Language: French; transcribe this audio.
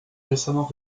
récemment